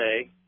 say